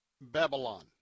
Babylon